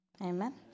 Amen